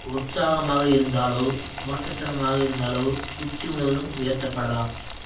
உற்சாகமாக இருந்தாலோ முரட்டுத்தனமாக இருந்தாலோ உச்சி முழுவதும் உயர்த்தப் படலாம்